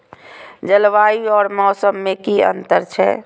जलवायु और मौसम में कि अंतर छै?